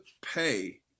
pay